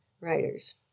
writers